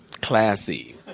Classy